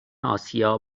آسیا